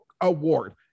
award